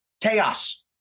chaos